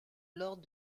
lors